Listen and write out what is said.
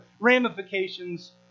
ramifications